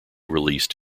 released